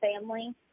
family